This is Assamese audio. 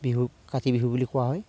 বিহুক কাতি বিহু বুলি কোৱা হয়